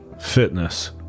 fitness